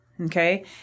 Okay